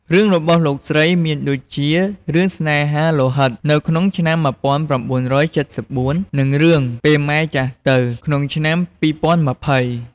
រឿងរបស់លោកស្រីមានដូចជា រឿង ស្នេហាលោហិត នៅក្នុងឆ្នាំ ១៩៧៤ និង រឿង ពេលម៉ែចាស់ទៅ ក្នុងឆ្នាំ ២០២០។